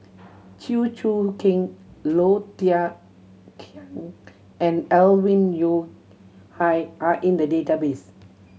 Chew Choo Keng Low Thia Khiang and Alvin Yeo Khirn Hai are in the database